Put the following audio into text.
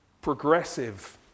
progressive